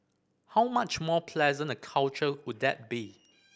how much more pleasant a culture would that be